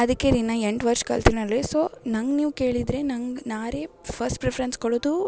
ಅದಕ್ಕೆ ರೀ ನ ಎಂಟು ವರ್ಷ ಕಲ್ತಿನಲ್ಲ ರೀ ಸೊ ನಂಗೆ ನೀವು ಕೇಳಿದ್ರೆ ನಂಗೆ ನಾ ರೀ ಫಸ್ಟ್ ಪ್ರಿಫರೆನ್ಸ್ ಕೊಡೋದು